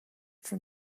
for